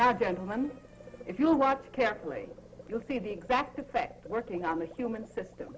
now gentlemen if you watch carefully you'll see the exact effect working on the human system